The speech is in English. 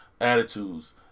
attitudes